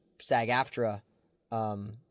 SAG-AFTRA